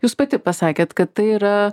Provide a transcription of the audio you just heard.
jūs pati pasakėt kad tai yra